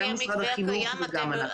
גם של משרד החינוך וגם אנחנו.